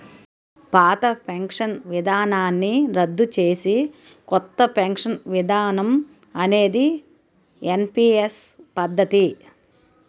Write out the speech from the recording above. పాత పెన్షన్ విధానాన్ని రద్దు చేసి కొత్త పెన్షన్ విధానం అనేది ఎన్పీఎస్ పద్ధతి